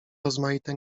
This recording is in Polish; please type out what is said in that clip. rozmaite